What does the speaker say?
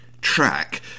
track